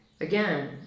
again